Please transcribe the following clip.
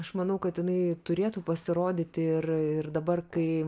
aš manau kad jinai turėtų pasirodyti ir ir dabar kai